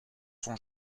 son